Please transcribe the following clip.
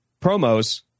promos